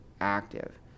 active